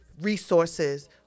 resources